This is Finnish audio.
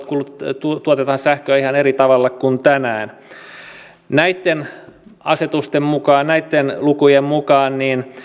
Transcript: kuluttua tuotetaan sähköä ihan eri tavalla kuin tänään näitten asetusten mukaan näitten lukujen mukaan